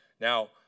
Now